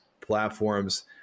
platforms